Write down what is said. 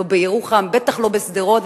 לא בירוחם ובטח לא בשדרות,